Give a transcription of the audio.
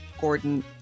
Gordon